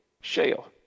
shale